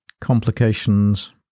complications